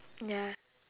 ya